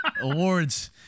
Awards